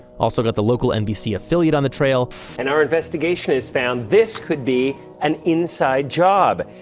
also got the local nbc affiliate on the trail and our investigation has found this could be an inside job.